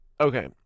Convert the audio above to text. Okay